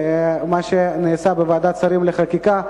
על מה שנעשה בוועדת שרים לחקיקה.